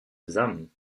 zusammen